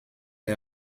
les